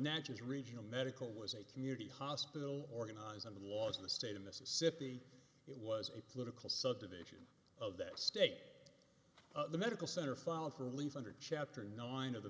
naches regional medical was a community hospital organized under the laws of the state of mississippi it was a political subdivision of that state the medical center filed for relief under chapter nine of the